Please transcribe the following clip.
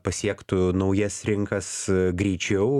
pasiektų naujas rinkas greičiau